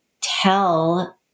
tell